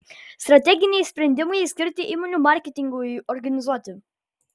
strateginiai sprendimai skirti įmonių marketingui organizuoti